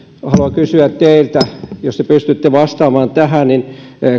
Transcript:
haluan kysyä teiltä jos te pystytte vastaamaan tähän